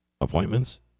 appointments